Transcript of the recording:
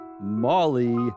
Molly